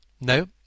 No